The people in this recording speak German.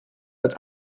als